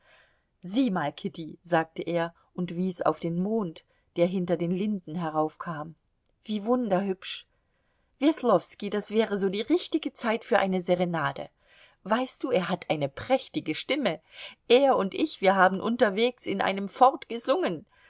sieh mal kitty sagte er und wies auf den mond der hinter den linden heraufkam wie wunderhübsch weslowski das wäre so die richtige zeit für eine serenade weißt du er hat eine prächtige stimme er und ich wir haben unterwegs in einem fort gesungen